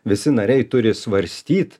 visi nariai turi svarstyt